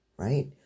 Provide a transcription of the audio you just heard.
right